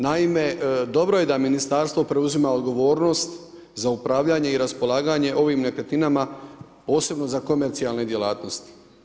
Naime, dobro je da Ministarstvo preuzima odgovornost za upravljanje i raspolaganje ovim nekretninama posebno za komercijalne djelatnosti.